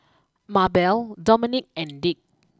Mabelle Domonique and Dick